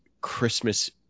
christmas